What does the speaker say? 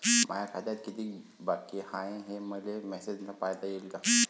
माया खात्यात कितीक बाकी हाय, हे मले मेसेजन पायता येईन का?